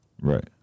Right